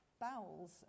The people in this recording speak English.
bowels